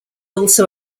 also